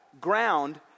ground